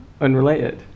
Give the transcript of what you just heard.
unrelated